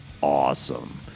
awesome